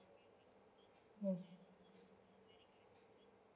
yes